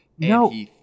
No